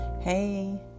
Hey